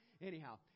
Anyhow